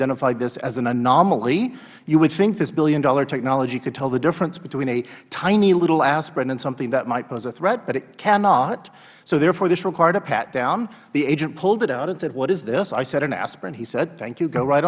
identified this as an anomaly you would think this billion dollar technology could tell the difference between a tiny little aspirin and something that might pose a threat but it cannot so therefore this required a pat down the agent pulled it out and said what is this i said an aspirin he said thank you go right